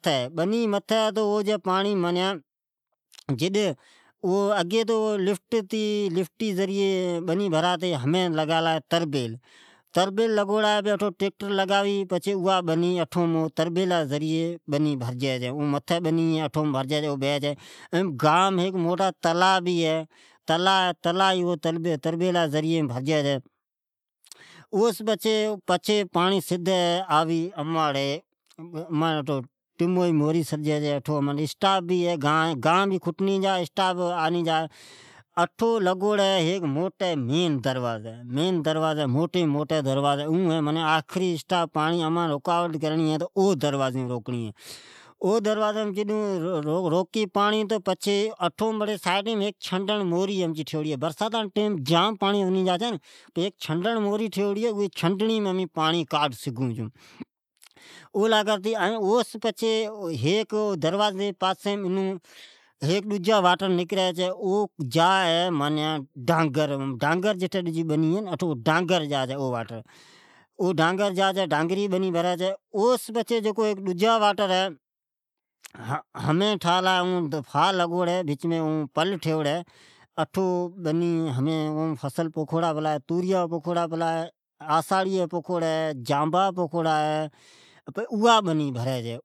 ھمین اوا بنی متھی اولی اگی لھوڑی ھتے لفٹ این ھمین لگالا ھی تربیل ھمین او تربیل جی ذرعی بنی بھرائی چھے این گان مان ھیک 'تلا ھےب'اوبھی او تربیلا ذرعی بھرجی چھے ،اس پچھے پانڑی آوی چھے سدی ٹیموری ٹھے اٹھو لگوڑی ھی موٹے مین دروازی ۔ جڈ امی پانڑی رکاوٹ کرنی ھے تو اوم در جی زرعی روکون چھون۔ اوجی پاسیم ھیک ھی چھڈڑ موری جڈ برساتامین اوی موریم ودیک پانڑی ھوہ تو چھنڈ کرون چھون، اوس پچھے ڈجا واٹر نکری چھے ۔ جکو جا چھی 'ڈانگر جا چھے' این اوا ڈانگری جی بنی بھری چھے ۔ او سگھوڑی واٹرا جی پاسی نوی بنی ٹھالی ھے اوا بھی بھرئی چھے ۔ اوی بنی مین ھمین توریا ، جانبھا ،آساھڑی ، پوکھوڑی ھی ۔